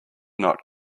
not